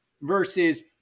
versus